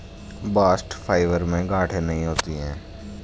bast fibre में गांठे नहीं होती है